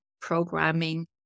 programming